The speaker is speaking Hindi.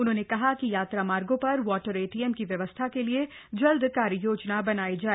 उन्होंने कहा कि यात्रा मार्गो पर वॉटर एटीएम की व्यवस्था के लिए जल्द कार्ययोजना बनाई जाए